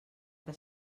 que